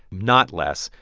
not less.